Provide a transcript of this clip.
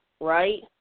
right